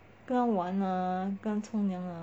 跟它玩啊跟它冲凉啊